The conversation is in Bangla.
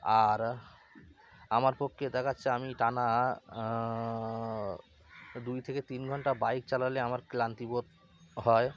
আর আমার পক্ষে দেখাচ্ছে আমি টানা দুই থেকে তিন ঘন্টা বাইক চালালে আমার ক্লান্তিবোধ হয়